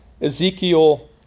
Ezekiel